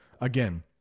Again